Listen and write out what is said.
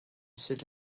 sydd